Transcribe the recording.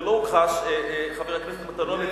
זה לא הוכחש, חבר הכנסת מטלון.